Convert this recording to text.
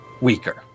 weaker